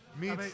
Meets